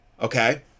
okay